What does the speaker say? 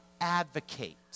advocate